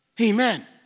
Amen